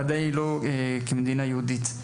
ודאי לא כמדינה יהודית.